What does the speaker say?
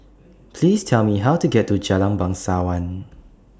Please Tell Me How to get to Jalan Bangsawan